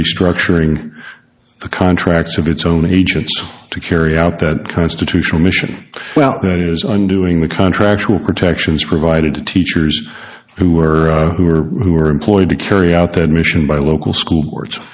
restructuring the contracts of its own agents to carry out that constitutional mission well that is undoing the contract protections provided to teachers who are who are who are employed to carry out that mission by a local school boards